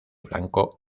blanco